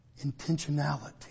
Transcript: Intentionality